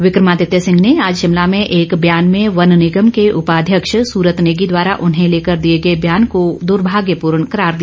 विक्रमादित्य सिंह ने आज शिमला में एक बयान में वन निगम के उपाध्यक्ष सूरत नेगी द्वारा उन्हें लेकर दिए गए बयान को दुर्भाग्यपूर्ण करार दिया